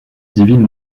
divine